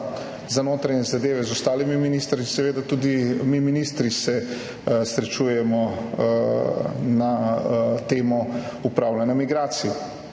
za notranje zadeve z ostalimi ministri, tudi mi ministri se srečujemo na temo upravljanja migracij.